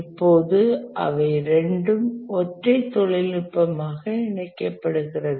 இப்போது அவை இரண்டும் ஒற்றை தொழில்நுட்பமாக இணைக்கப்பட்டுது